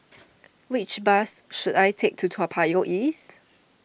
which bus should I take to Toa Payoh East